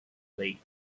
late